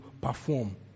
perform